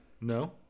no